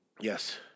Yes